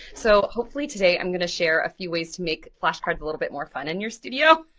so hopefully today i'm gonna share a few ways to make flashcards a little bit more fun in your studio.